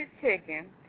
chicken